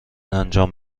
انجام